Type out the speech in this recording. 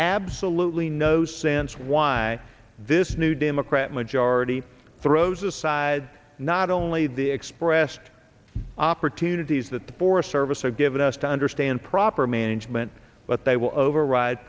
absolutely no sense why this new democrat majority throws aside not only the expressed opportunities that the forest service have given us to understand proper management but they will override